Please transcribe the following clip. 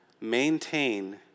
maintain